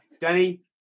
Danny